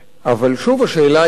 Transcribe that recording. אבל שוב, השאלה היא למה.